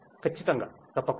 ఖచ్చితంగా తప్పకుండా